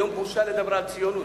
היום בושה לדבר על ציונות.